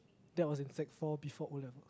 that was in sec-four before O levels